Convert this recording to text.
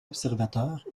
observateur